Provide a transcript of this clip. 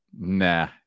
nah